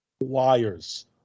wires